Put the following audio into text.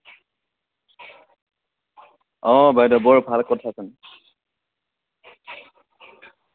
অ' বাইদ' বৰ ভাল কথাচোন